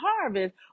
harvest